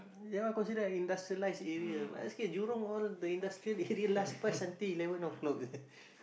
that one considered an industrialized area basket jurong all the industrial area last bus until eleven o-clock